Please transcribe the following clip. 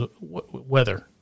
weather